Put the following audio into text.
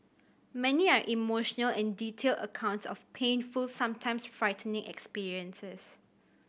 many are emotional and detailed accounts of painful sometimes frightening experiences